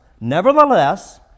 Nevertheless